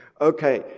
Okay